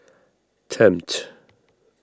Tempt